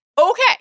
Okay